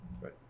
right